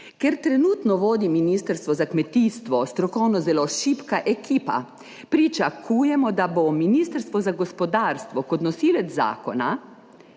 Ker trenutno vodi ministrstvo za kmetijstvo strokovno zelo šibka ekipa, pričakujemo, da bo ministrstvo za gospodarstvo kot nosilec zakona,